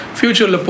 future